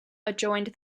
adjoined